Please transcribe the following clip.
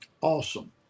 awesome